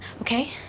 okay